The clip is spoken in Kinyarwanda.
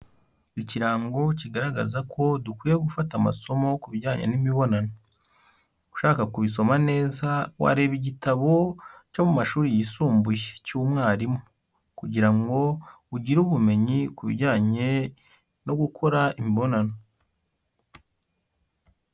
Ikirango kigaragaza ko dukwiye gufata amasomo ku bijyanye n'imibonano, ushaka kubisoma neza wareba igitabo cyo mu mashuri yisumbuye cy'umwarimu kugira ngo ugire ubumenyi ku bijyanye no gukora imibonano.